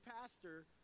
pastor